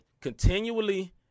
Continually